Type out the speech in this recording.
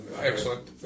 excellent